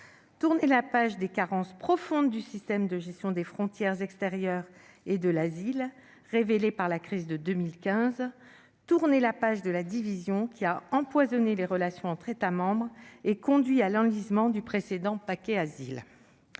tourner la page : celle des carences profondes du système de gestion des frontières extérieures et de l'asile, révélées par la crise de 2015, et celle de la division, qui a empoisonné les relations entre États membres et conduit à l'enlisement du précédent paquet Asile.